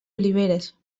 oliveres